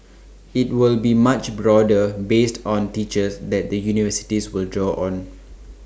IT will be much broader based on teachers that the universities will draw on